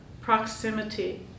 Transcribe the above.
proximity